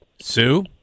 Sue